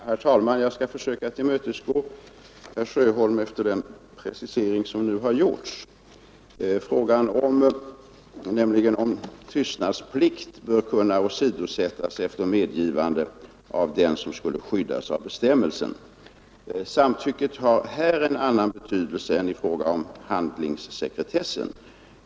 Herr talman! Jag skall försöka tillmötesgå herr Sjöholm efter den precisering som nu har gjorts — alltså frågan om tystnadsplikt bör kunna åsidosättas efter medgivande av den som skulle skyddas av bestämmelsen. Samtycket har här en annan betydelse än i fråga om handlingssekretessen.